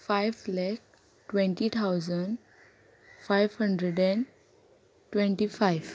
five lakh twenty thousand five hundred and twenty five